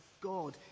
God